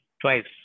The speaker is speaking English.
Twice